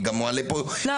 אני גם מעלה פה שאלות.